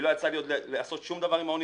עוד לא יצא לי לעשות שום דבר עם האוניברסיטה,